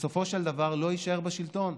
בסופו של דבר לא יישאר בשלטון.